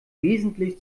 wesentlich